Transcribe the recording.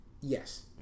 Yes